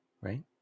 right